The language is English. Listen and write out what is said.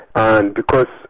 and because